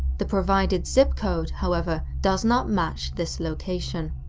the provided zip code, however, does not match this location.